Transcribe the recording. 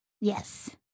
Yes